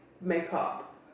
makeup